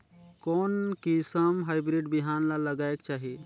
कोन किसम हाईब्रिड बिहान ला लगायेक चाही?